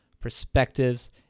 Perspectives